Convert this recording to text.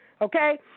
okay